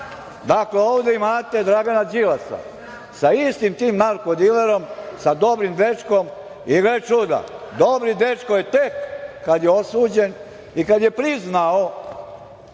Dakle, ovde imate Dragana Đilasa sa istim tim narko dilerom, sa dobrim dečkom i gle čuda, dobri dečko je tek kada je osuđen i kada je priznao